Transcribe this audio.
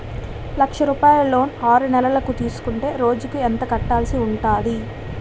లక్ష రూపాయలు లోన్ ఆరునెలల కు తీసుకుంటే రోజుకి ఎంత కట్టాల్సి ఉంటాది?